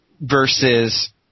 versus